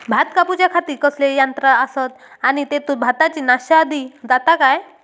भात कापूच्या खाती कसले यांत्रा आसत आणि तेतुत भाताची नाशादी जाता काय?